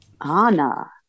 Anna